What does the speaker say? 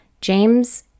James